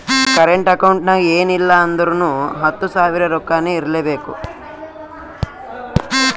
current account ನಾಗ್ ಎನ್ ಇಲ್ಲ ಅಂದುರ್ನು ಹತ್ತು ಸಾವಿರ ರೊಕ್ಕಾರೆ ಇರ್ಲೆಬೇಕು